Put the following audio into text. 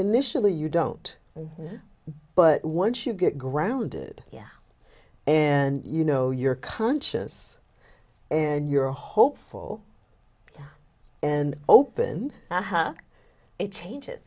initially you don't but once you get grounded yeah and you know you're conscious and you're a hopeful and open it changes